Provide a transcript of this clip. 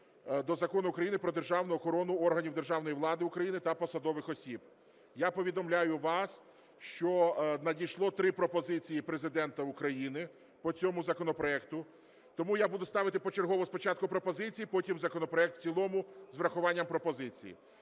до Закону України "Про державну охорону органів державної влади України та посадових осіб". Я повідомляю вас, що надійшло три пропозиції Президента України по цьому законопроекту. Тому я буду ставити почергово: спочатку пропозиції, потім законопроект в цілому з врахуванням пропозицій.